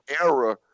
era